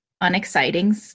unexciting